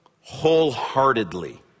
wholeheartedly